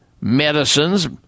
medicines